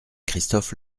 christophe